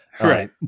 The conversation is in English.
Right